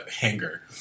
hanger